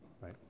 right